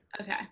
Okay